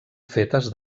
fetes